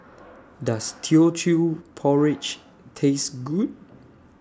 Does Teochew Porridge Taste Good